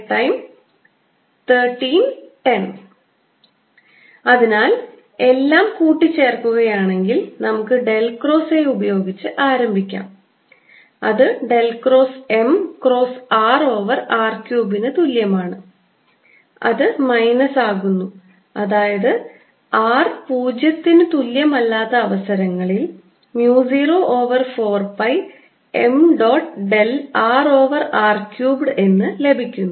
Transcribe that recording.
rrr5 അതിനാൽ എല്ലാം കൂട്ടിച്ചേർക്കുകയാണെങ്കിൽ നമുക്ക് ഡെൽ ക്രോസ് A ഉപയോഗിച്ച് ആരംഭിക്കാം അത് del cross m cross r over r ക്യൂബിന് തുല്യമാണ് അത് മൈനസ് ആകുന്നു അതായത് r പൂജ്യത്തിനു തുല്യമല്ലാത്ത അവസരങ്ങളിൽ mu 0 over 4 pi m dot del r over R cubed എന്ന് ലഭിക്കുന്നു